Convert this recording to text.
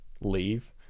leave